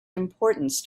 importance